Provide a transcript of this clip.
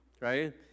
right